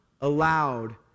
allowed